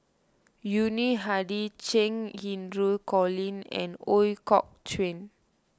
Yuni Hadi Cheng Xinru Colin and Ooi Kok Chuen